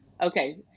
Okay